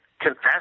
confess